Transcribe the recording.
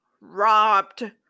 robbed